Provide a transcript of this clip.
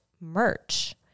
merch